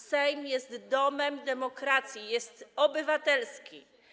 Sejm jest domem demokracji, jest obywatelski.